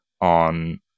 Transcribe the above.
on